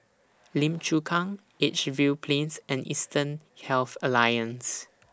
Lim Chu Kang Edgefield Plains and Eastern Health Alliance